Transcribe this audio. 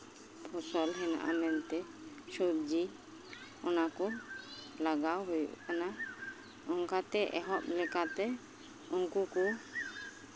ᱯᱷᱚᱥᱚᱞ ᱦᱮᱱᱟᱜᱼᱟ ᱢᱮᱱᱛᱮ ᱥᱚᱵᱡᱤ ᱚᱱᱟᱠᱚ ᱞᱟᱜᱟᱣ ᱦᱩᱭᱩᱜ ᱠᱟᱱᱟ ᱚᱱᱠᱟᱛᱮ ᱮᱦᱚᱵ ᱞᱮᱠᱟᱛᱮ ᱩᱱᱠᱩ ᱠᱚ